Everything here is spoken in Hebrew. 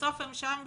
בסוף הם שם בשליחות.